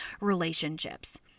relationships